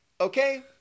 okay